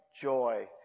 joy